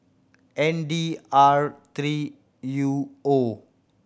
N D R three U O